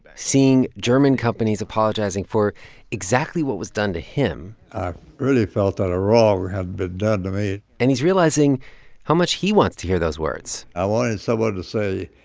but seeing german companies apologizing for exactly what was done to him i really felt that a wrong had been done to me and he's realizing how much he wants to hear those words i wanted someone to say,